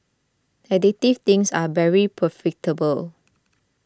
addictive things are very profitable